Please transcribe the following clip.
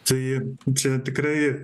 tai čia tikrai